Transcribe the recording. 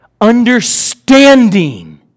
understanding